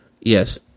yes